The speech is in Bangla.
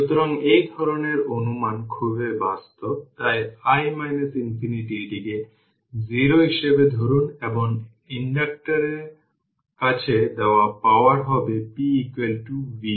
সুতরাং এটা হবে 1C1 0 থেকে t এই i t এক্সপ্রেশন আছে সেখানে এই এক্সপ্রেশনটি পেয়েছে 80 e এর পাওয়ার t মাইক্রোঅ্যাম্পিয়ার এবং 0 থেকে t